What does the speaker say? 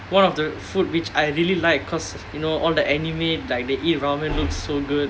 one of the food which I really like because you know all the anime like they eat ramen looks so good